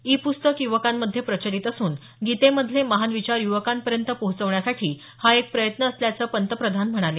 E प्स्तकं युवकांमध्ये प्रचलित असून गीते मधले महान विचार युवकांपर्यंत पोहोचवण्यासाठी हा एक प्रयत्न असल्याचं पंतप्रधान म्हणाले